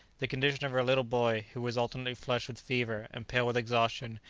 the condition of her little boy, who was alternately flushed with fever, and pale with exhaustion,